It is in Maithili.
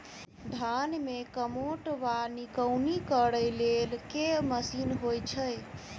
धान मे कमोट वा निकौनी करै लेल केँ मशीन होइ छै?